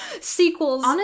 sequels